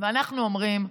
ואנחנו אומרים,